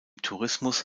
tourismus